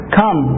come